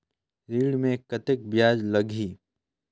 ऋण मे कतेक ब्याज लगही?